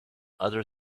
other